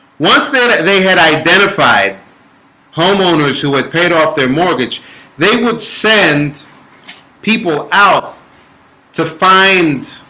once that they had identified homeowners who had paid off their mortgage they would send people out to find